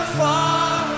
far